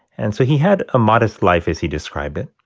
and so he had a modest life as he described it.